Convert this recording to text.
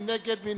מי נגד?